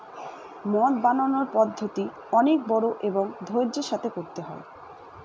মদ বানানোর পদ্ধতি অনেক বড়ো এবং ধৈর্য্যের সাথে করতে হয়